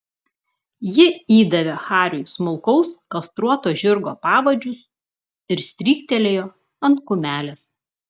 ji įdavė hariui smulkaus kastruoto žirgo pavadžius ir stryktelėjo ant kumelės